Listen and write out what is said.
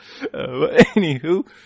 anywho